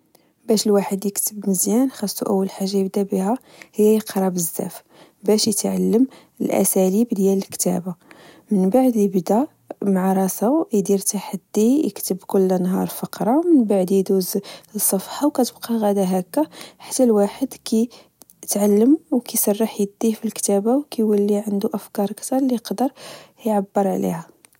باش الواحد يكتب مزيان خاصو أول حاجة يبدا بيها عي يقرى بزاف، باش يتعلم الأساليب ديال الكتابة، من بعد يبدا معا راسو يدير تحدي، يكتب كل نهار فقرة، من بعد يدوز لصفحة، وكتبقا غادا هاكا حتى الواحد كي تعلم وكيسرح إيديه في الكتابة وكيولي عندو أفكار كتر ليقدر إعبر عليها